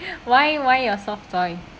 why why your soft toy